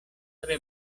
tre